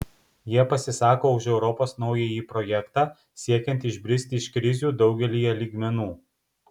jie pasisako už europos naująjį projektą siekiant išbristi iš krizių daugelyje lygmenų